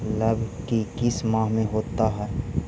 लव की किस माह में होता है?